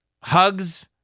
Hugs